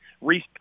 Reese